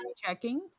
checking